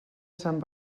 sant